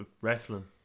Wrestling